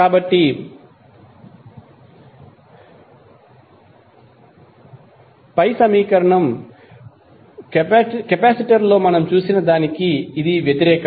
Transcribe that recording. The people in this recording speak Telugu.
కాబట్టి కెపాసిటర్ లో మనం చూసిన దానికి ఇది వ్యతిరేకం